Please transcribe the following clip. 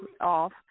off